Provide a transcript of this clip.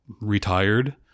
retired